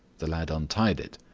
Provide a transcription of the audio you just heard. the lad untied it.